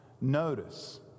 Notice